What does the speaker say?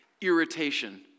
irritation